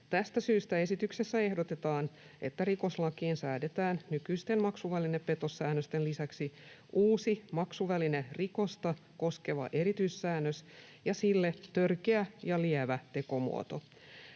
Tästä syystä esityksessä ehdotetaan, että rikoslakiin säädetään nykyisten maksuvälinepetossäännösten lisäksi uusi maksuvälinerikosta koskeva erityissäännös ja sille törkeä ja lievä tekomuoto.